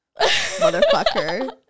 motherfucker